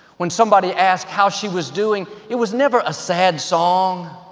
when somebody asked how she was doing, it was never a sad song,